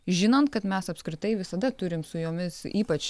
žinant kad mes apskritai visada turim su jomis ypač